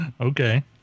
Okay